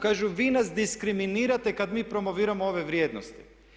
Kažu vi nas diskriminirate kad mi promoviramo ove vrijednosti.